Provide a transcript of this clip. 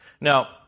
Now